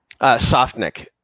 Softnik